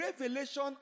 revelation